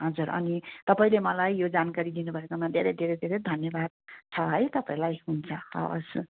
हजुर अनि तपाईँले मलाई यो जानकारी दिनुभएकोमा धेरै धेरै धेरै धन्यवाद छ है तपाईँलाई हुन्छ हवस्